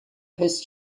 his